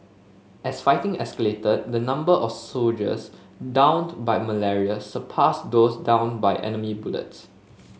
as fighting escalated the number of soldiers downed by malaria surpassed those downed by enemy bullets